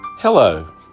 Hello